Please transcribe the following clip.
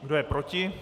Kdo je proti?